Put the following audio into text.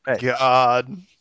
God